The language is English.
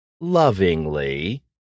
Lovingly